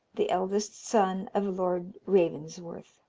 the eldest son of lord ravensworth.